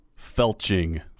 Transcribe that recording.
felching